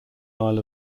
isle